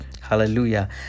Hallelujah